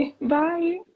Bye